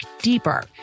deeper